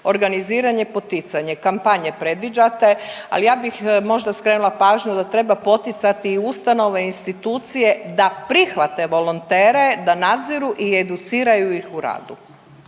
organiziranje, poticanje, kampanje predviđate, ali ja bih možda skrenula pažnju da treba poticati i ustanove i institucije da prihvate volontere, da nadziru i educiraju ih u radu.